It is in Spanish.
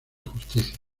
justicia